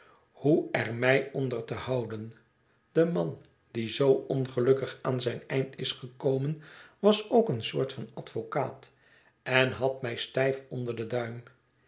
hoe er mij onder te houden de man die zoo ongelukkig aan zijn eind is gekomen was ook een soort van advocaat en had mij stijf onder den duim